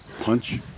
Punch